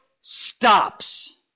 stops